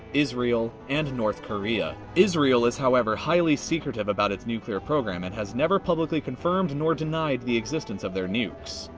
israel, and north korea. israel is, however, highly secretive about its nuclear program and has never publicly confirmed nor denied the existence of their nukes.